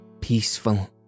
peaceful